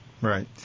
Right